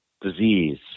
disease